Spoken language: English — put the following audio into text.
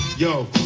yo,